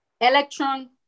Electron